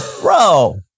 bro